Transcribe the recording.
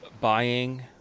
buying